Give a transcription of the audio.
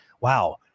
wow